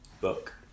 book